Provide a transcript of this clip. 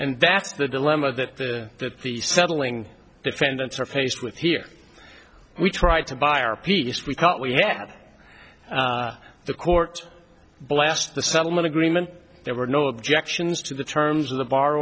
and that's the dilemma that the that the settling defendants are faced with here we tried to buy our piece we thought we had the court blast the settlement agreement there were no objections to the terms of the bar